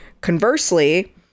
conversely